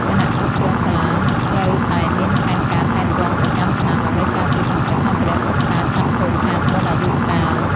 គណៈគ្រប់គ្រងសាលាត្រូវតែមានផែនការថែទាំប្រចាំឆ្នាំ ដើម្បីការពារកុំឱ្យសម្ភារៈសិក្សាឆាប់ខូចខាតមុនអាយុកាល។